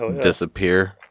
disappear